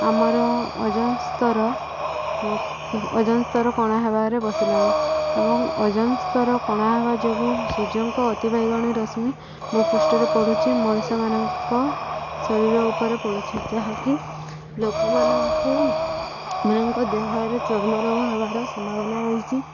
ଆମର ଓଜନସ୍ତର ଓଜନସ୍ତର କଣା ହେବାରେ ବସିଲାଣି ଏବଂ ଓଜନସ୍ତର କଣା ହେବା ଯୋଗୁଁ ସୂର୍ଯ୍ୟଙ୍କ ଅତି ବାଇଗଣୀ ରଶ୍ମି ଭୂପୃଷ୍ଠରେ ପଡ଼ୁଛି ମଣିଷମାନଙ୍କ ଶରୀର ଉପରେ ପଡ଼ୁଛି ଯାହାକି ଲୋକମାନଙ୍କୁ ମାନଙ୍କ ଦେହରେ ଚର୍ମରୋଗ ହେବାର ସମ୍ଭାବନା ରହିଛି